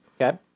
Okay